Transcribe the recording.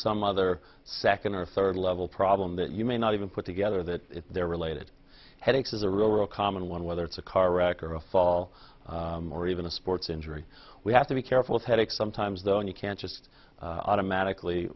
some other second or third level problem that you may not even put together that they're related headaches is a real or a common one whether it's a car wreck or a fall or even a sports injury we have to be careful of headaches sometimes though you can't just automatically